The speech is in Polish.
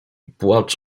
płacz